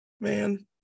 man